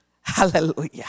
Hallelujah